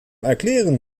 erklären